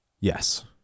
Yes